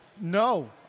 No